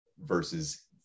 versus